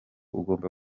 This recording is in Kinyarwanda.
ugomba